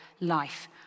life